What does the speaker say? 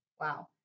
wow